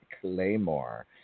Claymore